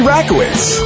Rakowitz